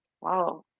Wow